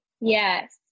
Yes